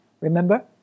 Remember